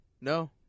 No